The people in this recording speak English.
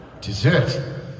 dessert